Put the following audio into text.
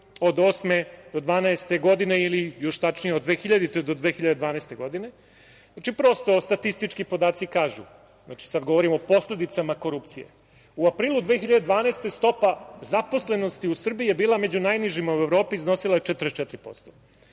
od 2008. do 2012. godine, tačnije od 2000. do 2012. godine. Prosto, statistički podaci kažu, sada govorim o posledicama korupcije.U aprilu 2012. godine stopa zaposlenosti u Srbiji je bila među najnižima u Evropi, iznosila je 44%.